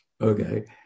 Okay